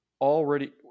already